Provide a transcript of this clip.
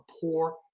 poor